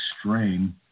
strain